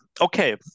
okay